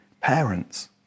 parents